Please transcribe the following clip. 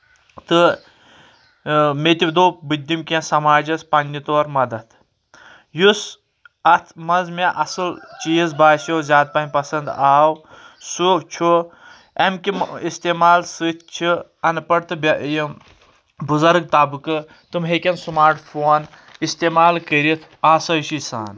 تہٕ مےٚ تہِ دوٚپ بہٕ دِمہٕ کینٛہہ سماجس پننہِ طور مدد یُس اتھ منٛز مےٚ اَصل چیٖز باسیو زیادٕ پہم پسنٛد آو سُہ چھُ اَمہِ کہِ استعمال سۭتۍ چھِ انپڑ تہٕ یِم بُزرگ طبقہٕ تِم ہیٚکن سٔمارٹ فون استعمال کٔرِتھ آسٲیشی سان